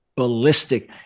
Ballistic